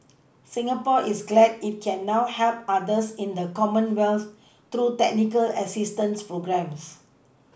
Singapore is glad it can now help others in the Commonwealth through technical assistance programmes